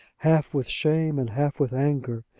half with shame and half with anger.